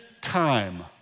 time